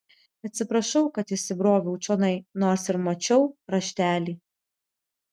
atsiprašau kad įsibroviau čionai nors ir mačiau raštelį